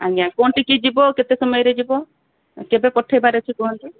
ଆଜ୍ଞା କ'ଣ ଟିକେ ଯିବ କେତେ ସମୟରେ ଯିବ କେବେ ପଠେଇବାର ଅଛି କୁହନ୍ତୁ